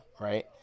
Right